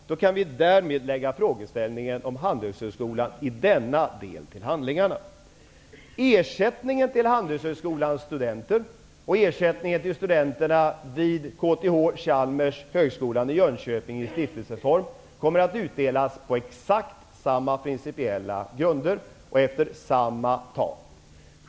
Därmed kan vi lägga frågeställningen om Handelshögskolan i denna del till handlingarna. Ersättningen till Handelshögskolans studenter och ersättningen till studenterna vid KTH, Chalmers och högskolan i Jönköping i stiftelseform, kommer att utdelas på exakt samma principiella grunder och efter samma tal.